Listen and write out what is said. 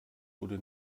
wurde